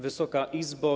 Wysoka Izbo!